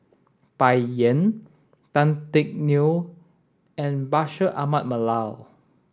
Bai Yan Tan Teck Neo and Bashir Ahmad Mallal